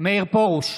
מאיר פרוש,